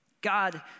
God